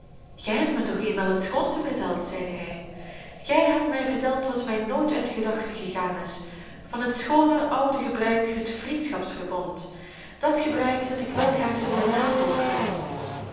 gij hebt mij toch eenmaal het schoonste verteld zeide hij gij hebt mij verteld wat mij nooit uit de gedachten gegaan is van het schoone oude gebruik het vriendschapsverbond dat gebruik dat ik wel graag zou willen navolgen